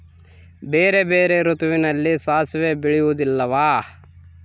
ಬೇರೆ ಬೇರೆ ಋತುವಿನಲ್ಲಿ ಸಾಸಿವೆ ಬೆಳೆಯುವುದಿಲ್ಲವಾ?